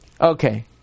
Okay